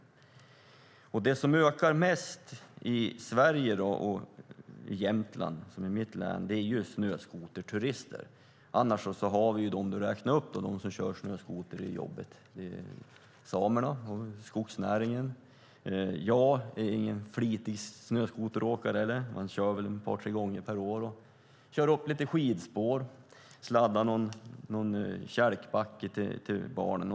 Det som ökar mest i Sverige och i Jämtland, som är mitt län, är snöskoterturisterna. Annars är det de du räknade upp som kör snöskoter i jobbet. Det är samerna och folk i skogsnäringen. Jag är fritidssnöskoteråkare. Man kör väl ett par tre gånger per år, kör upp lite skidspår, sladdar någon kälkbacke till barnen.